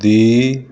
ਦੀ